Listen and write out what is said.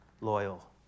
loyal